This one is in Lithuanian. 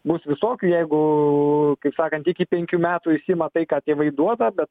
bus visokių jeigu kaip sakant iki penkių metų visi matai ką tėvai duoda bet